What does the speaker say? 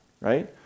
right